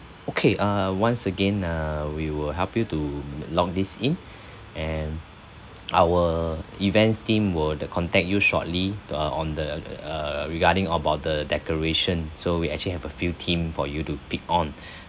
okay err once again uh we will help you to lock this in and our events team will the contact you shortly ah on the uh regarding about the decoration so we actually have a few team for you to pick on